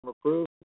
approved